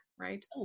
Right